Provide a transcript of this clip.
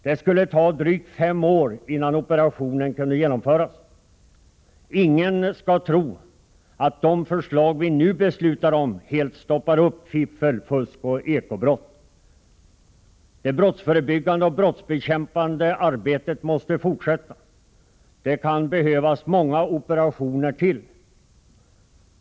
Det skulle ta drygt fem år innan operationen kunde genomföras. Ingen skall tro att de åtgärder vi nu beslutar om helt stoppar upp fiffel, fusk och eko-brott. Det brottsförebyggande och brottsbekämpande arbetet måste fortsätta. Det kan behövas många ytterligare operationer.